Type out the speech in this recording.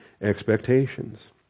expectations